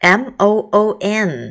m-o-o-n